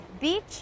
beach